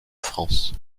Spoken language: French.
france